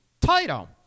title